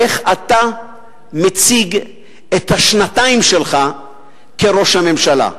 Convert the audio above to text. איך אתה מציג את השנתיים שלך כראש הממשלה.